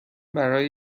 برای